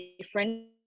different